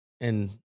And-